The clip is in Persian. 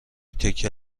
تکه